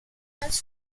als